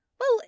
Well